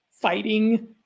fighting